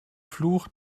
fluch